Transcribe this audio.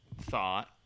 thought